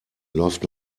läuft